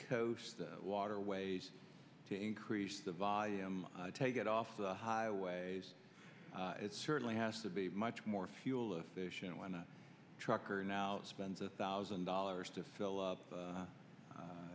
coast waterways to increase the volume take it off the highways it certainly has to be much more fuel efficient when a trucker now spends a thousand dollars to fill up